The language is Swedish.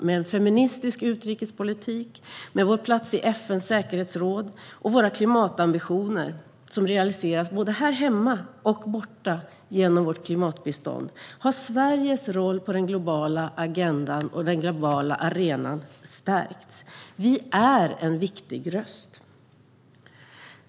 Med en feministisk utrikespolitik, med vår plats i FN:s säkerhetsråd och våra klimatambitioner som realiseras både här hemma och borta genom vårt klimatbistånd har Sveriges roll på den globala arenan stärkts. Vi är en viktig röst.